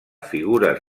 figures